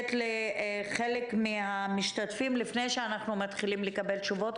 לחלק מהמשתתפים לפני שאנחנו מתחילים לקבל תשובות,